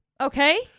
Okay